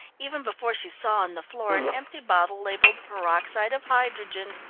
even before she saw on the floor an empty bottle labelled peroxide of hydrogen.